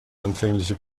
anfängliche